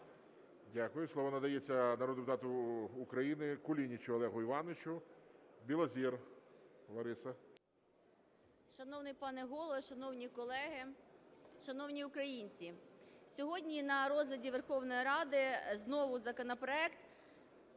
Дякую. Слово надається народному депутату України Кулінічу Олегу Івановичу. Білозір Лариса. 11:41:47 БІЛОЗІР Л.М. Шановний пане Голово, шановні колеги, шановні українці, сьогодні на розгляді Верховної Ради знову законопроект,